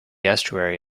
estuary